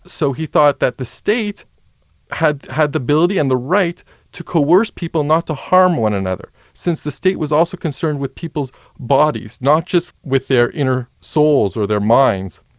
so he thought that the state had had the ability and the right to coerce people not to harm one another. since the state was also concerned with people's bodies, not just with their inner souls or their minds.